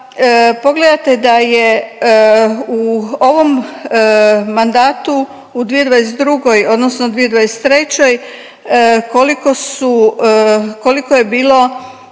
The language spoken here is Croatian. pogledate da je u ovom mandatu u 2022. odnosno 2023. koliko su,